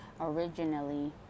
originally